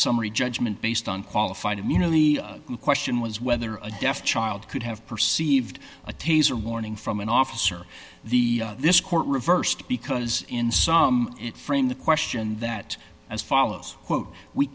summary judgment based on qualified immunity to question was whether a deaf child could have perceived a taser warning from an officer the this court reversed because in some frame the question that as follows quote we